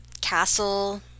castle